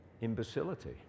imbecility